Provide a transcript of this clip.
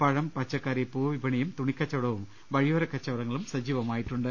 പഴം പച്ചക്കറി പൂവ് വിപണിയും തുണിക്ക ച്ചുവടവും വഴിയോര കച്ചവടങ്ങളും സജ്ജീവമായിട്ടുണ്ട്